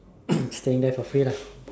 staying there for free lah